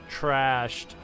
trashed